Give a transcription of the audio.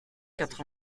quatre